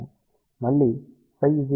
మళ్ళి ψ 2π వద్ద చూస్తాము